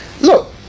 look